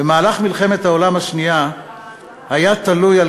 במהלך מלחמת העולם השנייה היה תלוי על